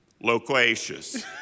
loquacious